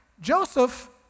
Joseph